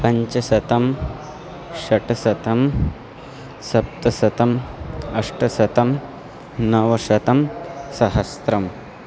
पञ्चशतं षट्शतं सप्तशतम् अष्टशतं नवशतं सहस्रम्